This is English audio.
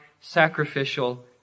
sacrificial